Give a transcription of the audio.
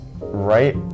right